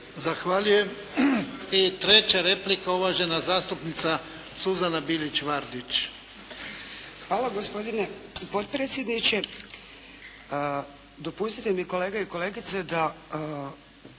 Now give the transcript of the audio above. Zahvaljujem. I treća replika uvažena zastupnica Suzana Bilić-Vardić. **Bilić Vardić, Suzana (HDZ)** Hvala gospodine potpredsjedniče, dopustite mi kolege i kolegice da